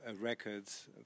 records